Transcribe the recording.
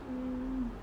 mm